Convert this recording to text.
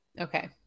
okay